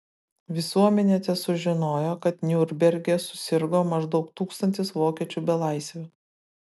visuomenė tesužinojo kad niurnberge susirgo maždaug tūkstantis vokiečių belaisvių